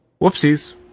Whoopsies